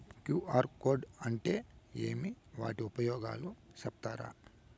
QR code అంటే ఏమి వాటి ఉపయోగాలు సెప్తారా?